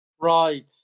Right